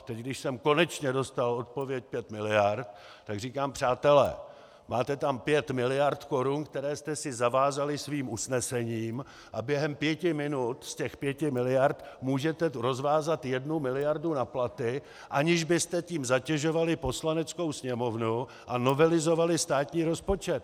Teď, když jsem konečně dostal odpověď pět miliard, tak říkám: Přátelé, máte tam pět miliard korun, které jste si zavázali svým usnesením, a během pěti minut z těch pěti miliard můžete rozvázat jednu miliardu na platy, aniž byste tím zatěžovali Poslaneckou sněmovnu a novelizovali státní rozpočet.